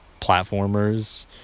platformers